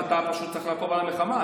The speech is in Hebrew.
אתה פשוט צריך לעקוב אחרי המלחמה.